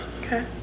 okay